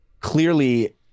clearly